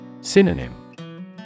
Synonym